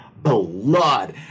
Blood